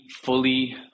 fully